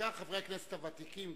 בעיקר לחברי הכנסת הוותיקים,